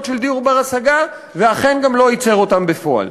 של דיור בר-השגה ולכן גם לא ייצר אותם בפועל.